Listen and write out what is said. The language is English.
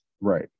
right